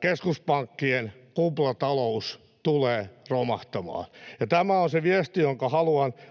keskuspankkien kuplatalous tulee romahtamaan. Tämä on se viesti, jonka